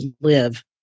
live